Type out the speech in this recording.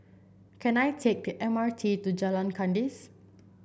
can I take the M R T to Jalan Kandis